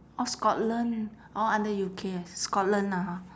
orh scotland orh under U_K scotland lah ha]